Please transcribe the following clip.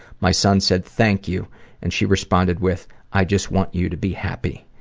my son said thank you and she responded with i just want you to be happy.